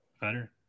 Better